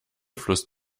fluss